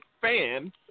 fan